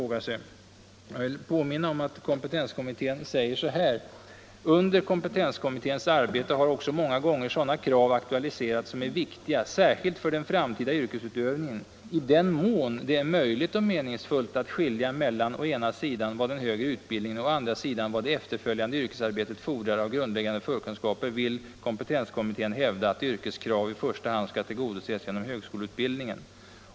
Jag vill påminna om att kompetenskommittén säger så här: Under kompetenskommitténs arbete har också många gånger sådana krav aktualiserats som är viktiga särskilt för den framtida yrkesutövningen. I den mån det är möjligt och meningsfullt att skilja mellan å ena sidan vad den högre utbildningen och å andra sidan vad det efterföljande yrkesarbetet fordrar av grundläggande förkunskaper vill kompetenskommittén hävda att yrkeskrav i första hand skall tillgodoses genom högskoleutbildningen.